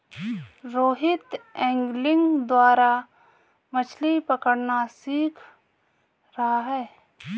Rohit angling द्वारा मछ्ली पकड़ना सीख रहा है